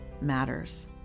matters